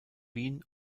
wien